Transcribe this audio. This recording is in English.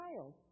child